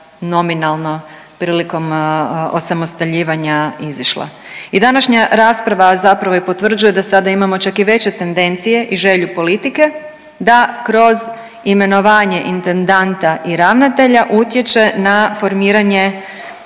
nominalno prilikom osamostaljivanja izašla. I današnja rasprava zapravo i potvrđuje da sada imamo čak i veće tendencije i želju politike da kroz imenovanje intendanta i ravnatelja utječe na formiranje